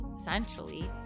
essentially